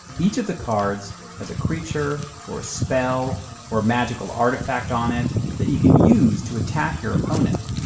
each of the cards has a creature or a spell or magical artifact on it that you can use to attack your opponent.